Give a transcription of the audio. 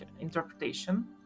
interpretation